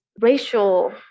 racial